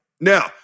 Now